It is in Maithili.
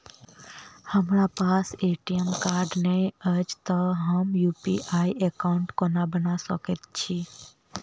हमरा पास ए.टी.एम कार्ड नहि अछि तए हम यु.पी.आई एकॉउन्ट कोना बना सकैत छी